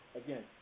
again